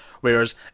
Whereas